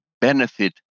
benefit